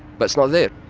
but it's not there.